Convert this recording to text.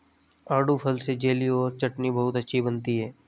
आड़ू फल से जेली और चटनी बहुत अच्छी बनती है